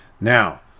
Now